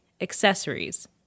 accessories